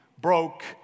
broke